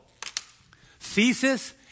thesis